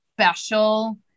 special